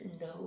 No